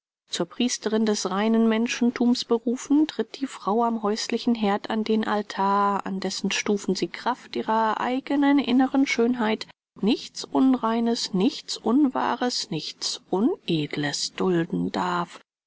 zur priesterin des reinen menschenthums berufen tritt die frau am häuslichen herd an den altar an dessen stufen sie kraft ihrer eigenen inneren schönheit nichts unreines nichts unwahres nichts unedles dulden darf